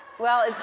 well,